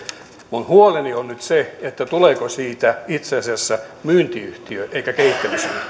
minun huoleni on nyt se tuleeko siitä itse asiassa myyntiyhtiö eikä kehittämisyhtiö